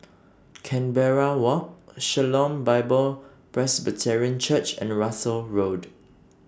Canberra Walk Shalom Bible Presbyterian Church and Russels Road